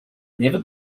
never